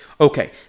Okay